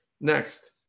Next